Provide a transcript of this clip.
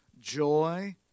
joy